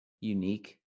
unique